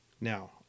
Now